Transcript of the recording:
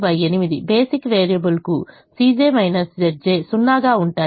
basic variables కు 0 గా ఉంటాయి